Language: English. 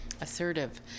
assertive